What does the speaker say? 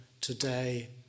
today